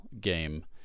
game